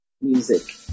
music